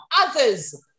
others